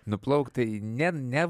nuplaukt tai ne ne